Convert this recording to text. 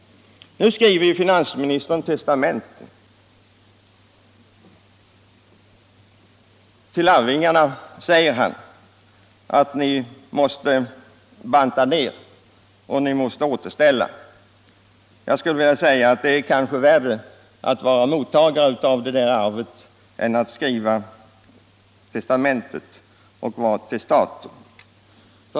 Finansministern skriver nu testamente. Till arvingarna säger han: Ni måste banta ned och återställa. Det är kanske värre att vara mottagare av det arvet än att vara testator.